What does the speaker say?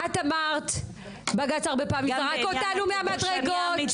את אמרת בג"צ הרבה פעמים זרק אותנו מהמדרגות,